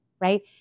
right